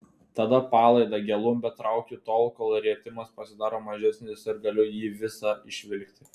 tada palaidą gelumbę traukiu tol kol rietimas pasidaro mažesnis ir galiu jį visą išvilkti